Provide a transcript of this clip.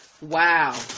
wow